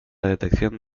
detección